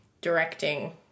directing